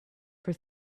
for